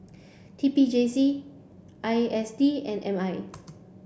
T P J C I S D and M I